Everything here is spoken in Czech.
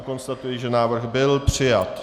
Konstatuji, že návrh byl přijat.